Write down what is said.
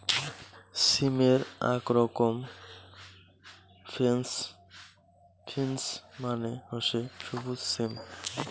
সিমের আক রকম ফ্রেঞ্চ বিন্স মানে হসে সবুজ সিম